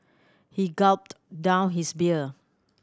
he gulped down his beer